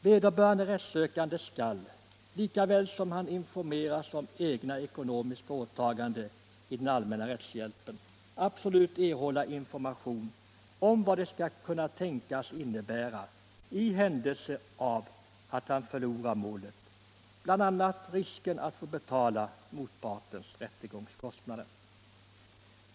Vederbörande rättssökande skall, lika väl som han informeras om egna ekonomiska åtaganden i den allmänna rättshjälpen, absolut erhålla information om de tänkbara följderna i händelse av att han förlorar målet, bl.a. risken att få betala motpartens rättegångskostnader.